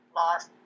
lost